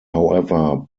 however